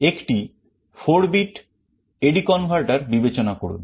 একটি 4 bit AD converter বিবেচনা করুন